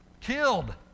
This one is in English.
killed